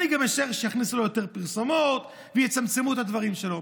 אני גם משער שיכניסו לו יותר פרסומות ויצמצמו את הדברים שלו.